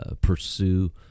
pursue